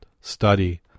study